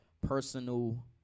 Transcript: personal